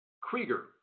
Krieger